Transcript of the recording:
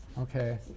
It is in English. okay